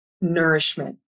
nourishment